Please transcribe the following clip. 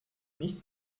nicht